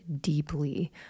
deeply